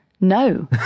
no